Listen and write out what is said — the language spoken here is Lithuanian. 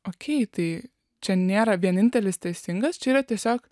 okei tai čia nėra vienintelis teisingas čia yra tiesiog